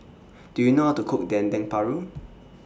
Do YOU know How to Cook Dendeng Paru